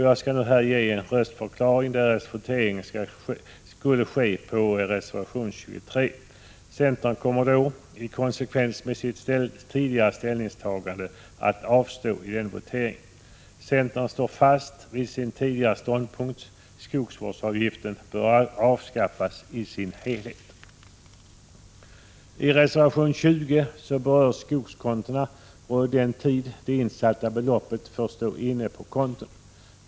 Jag skall nu här avge en röstförklaring, för den händelse votering skulle ske beträffande reservation 23. Centern kommer då — i konsekvens med sitt tidigare ställningstagande — att avstå vid den voteringen. Centern står fast vid sin tidigare ståndpunkt. Skogsvårdsavgiften bör avskaffas i sin helhet. I reservation 20 berörs skogskontona och den tid det insatta beloppet får stå inne på konto.